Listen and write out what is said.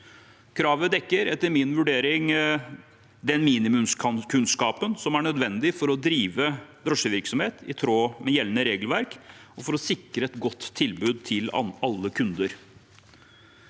Kravet dekker, etter min vurdering, den minimumskunnskapen som er nødvendig for å drive drosjevirksomhet i tråd med gjeldende regelverk, og for å sikre et godt tilbud til alle kunder.